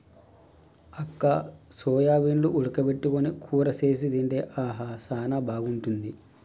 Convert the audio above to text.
అక్క సోయాబీన్లు ఉడక పెట్టుకొని కూర సేసి తింటే ఆహా సానా బాగుంటుంది